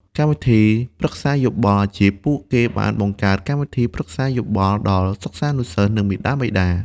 កម្មវិធីប្រឹក្សាយោបល់អាជីព ពួកគេបានបង្កើតកម្មវិធីប្រឹក្សាយោបល់ដល់សិស្សានុសិស្ស និងមាតាបិតា។